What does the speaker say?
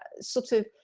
ah sort of,